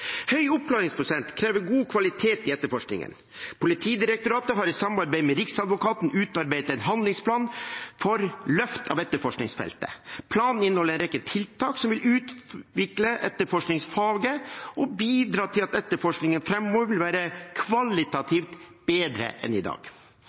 Høy oppklaringsprosent krever god kvalitet i etterforskningen. Politidirektoratet har i samarbeid med Riksadvokaten utarbeidet en handlingsplan for løft av etterforskningsfeltet. Planen inneholder en rekke tiltak som vil utvikle etterforskningsfaget, og bidra til at etterforskningen framover vil være